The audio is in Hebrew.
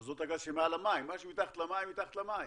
שדות הגז שמעל המים, מה שמתחת למים מתחת למים,